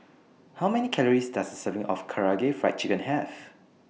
How Many Calories Does A Serving of Karaage Fried Chicken Have